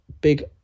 big